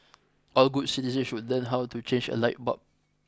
all good citizens should learn how to change a light bulb